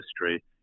history